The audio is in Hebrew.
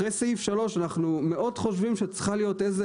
אחרי סעיף 3 אנחנו מאוד חושבים שצריכה להיות איזושהי